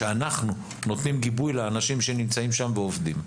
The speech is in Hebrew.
אלא שאנחנו נותנים גיבוי לאנשים שנמצאים שם ועובדים.